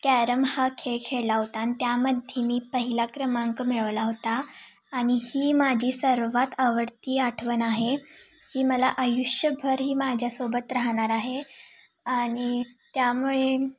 carrom हा खेळ खेळला होता आणि त्यामध्ये मी पहिला क्रमांक मिळवला होता आणि ही माझी सर्वात आवडती आठवण आहे ही मला आयुष्यभर ही माझ्यासोबत राहणार आहे आणि त्यामुळे